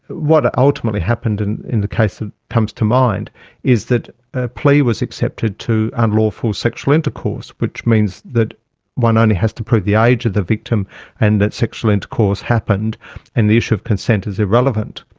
what ah ultimately happened in in the case that comes to mind is that a plea was accepted to unlawful sexual intercourse, which means that one only has to prove the age of the victim and that sexual intercourse happened and the issue of consent is irrelevant,